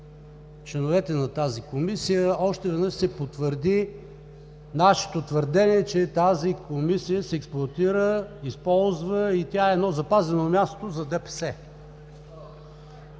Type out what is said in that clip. членовете на тази Комисия – още веднъж се потвърди нашето твърдение, че тази Комисия се експлоатира, използва се и тя е едно запазено място за ДПС.